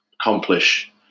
accomplish